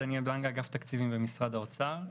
אני מאגף תקציבים במשרד האוצר.